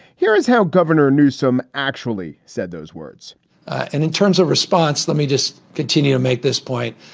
here is how governor newsom actually said those words and in terms of response, let me just continue to make this point.